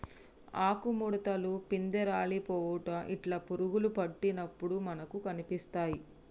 ఆకు ముడుతలు, పిందె రాలిపోవుట ఇట్లా పురుగులు పట్టినప్పుడు మనకు కనిపిస్తాయ్